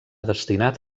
destinat